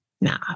Nah